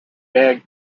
beg